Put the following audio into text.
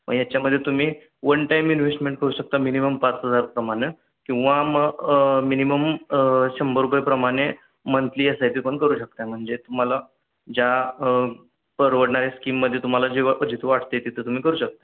मग याच्यामध्ये तुम्ही वन टाईम इन्व्हेस्टमेंट करू शकता मिनिमम पाच हजारप्रमाणे किंवा मग मिनिमम शंभर रुपयेप्रमाणे मंथली एस आय पी पण करू शकत आहे म्हणजे तुम्हाला ज्या परवडणाऱ्या स्कीममध्ये तुम्हाला जे व जिथं वाटते तिथं तुम्ही करू शकत आहे